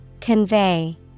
Convey